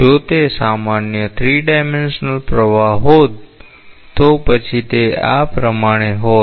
જો તે સામાન્ય 3 ડાયમેન્શ્યલ પ્રવાહ હોત તો પછી તે આ પ્રમાણે હોત